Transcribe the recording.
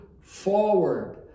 forward